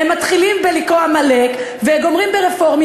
הם מתחילים בלקרוא עמלק וגומרים ברפורמי